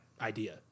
idea